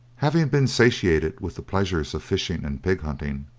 having been satiated with the pleasures of fishing and pig-hunting,